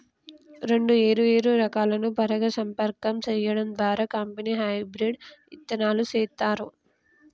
రెండు ఏరు ఏరు రకాలను పరాగ సంపర్కం సేయడం ద్వారా కంపెనీ హెబ్రిడ్ ఇత్తనాలు సేత్తారు